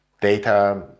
data